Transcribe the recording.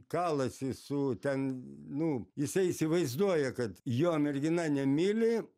kalasi su ten nu jisai įsivaizduoja kad jo mergina nemyli